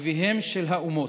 אביהם של האומות.